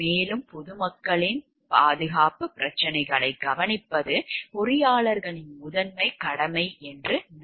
மேலும் பொதுமக்களின் பாதுகாப்புப் பிரச்சினைகளைக் கவனிப்பது பொறியாளர்களின் முதன்மைக் கடமையாகும்